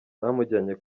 bamujyanye